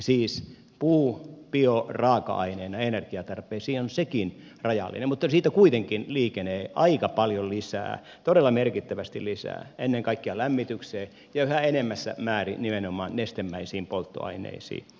siis puukin bioraaka aineena energiatarpeisiin on rajallinen mutta siitä kuitenkin liikenee aika paljon lisää todella merkittävästi lisää ennen kaikkea lämmitykseen ja yhä enenevässä määrin nimenomaan nestemäisiin polttoaineisiin